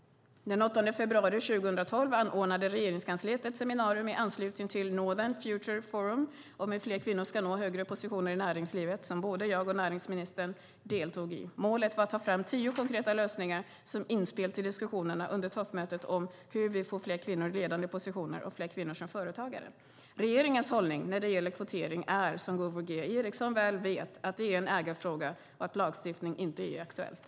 Den 8 februari 2012 anordnade Regeringskansliet ett seminarium i anslutning till Northern Future Forum om hur fler kvinnor ska nå högre positioner i näringslivet som både jag och näringsministern deltog i. Målet var att ta fram tio konkreta lösningar som inspel till diskussionerna under toppmötet om hur vi får fler kvinnor i ledande positioner och fler kvinnor som företagare. Regeringens hållning när det gäller kvotering är, som Gunvor G Ericson väl vet, att det är en ägarfråga och att lagstiftning inte är aktuellt.